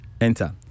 enter